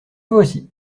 voici